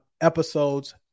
episodes